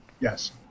yes